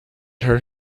her